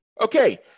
Okay